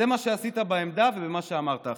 זה מה שעשית בעמדה ובמה שאמרת עכשיו.